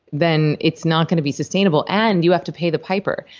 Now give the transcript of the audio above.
then it's not going to be sustainable, and you have to pay the piper.